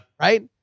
Right